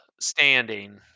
standing